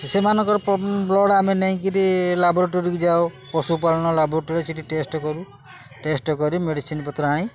ସେମାନଙ୍କର ବ୍ଲଡ଼ ଆମେ ନେଇକିରି ଲାବୋରଟୋରିକୁ ଯାଉ ପଶୁପାଳନ ଲାବୋରଟୋରିରେ ସେଇଠି ଟେଷ୍ଟ କରୁ ଟେଷ୍ଟ କରି ମେଡ଼ିସିନ୍ ପତ୍ର ଆଣି